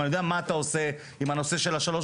ואני יודע מה אתה עושה עם הנושא של שלוש